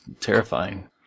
terrifying